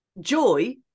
joy